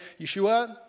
Yeshua